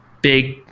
big